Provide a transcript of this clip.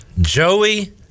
Joey